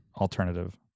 alternative